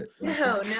No